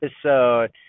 episode